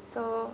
so